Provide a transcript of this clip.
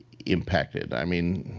impacted. i mean,